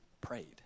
prayed